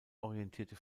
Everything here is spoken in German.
orientierte